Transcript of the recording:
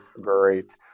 great